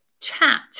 chat